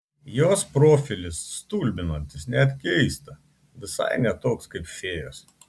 jos profilis stulbinantis net keista visai ne toks kaip fėjos